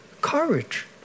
courage